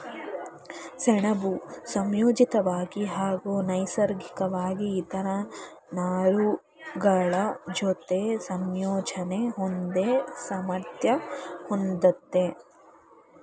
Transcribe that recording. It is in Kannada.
ಸೆಣಬು ಸಂಶ್ಲೇಷಿತ್ವಾಗಿ ಹಾಗೂ ನೈಸರ್ಗಿಕ್ವಾಗಿ ಇತರ ನಾರುಗಳಜೊತೆ ಸಂಯೋಜನೆ ಹೊಂದೋ ಸಾಮರ್ಥ್ಯ ಹೊಂದಯ್ತೆ